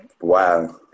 wow